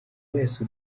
wese